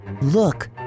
Look